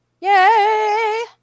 Yay